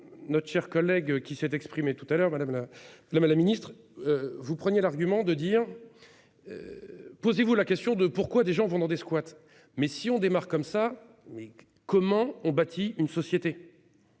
notre chère collègue qui s'est exprimé tout à l'heure madame la la mais la ministre. Vous preniez l'argument de dire. Posez-vous la question de pourquoi des gens vont dans des squats. Mais si on démarre comme ça mais comment on bâtit une société.